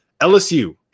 LSU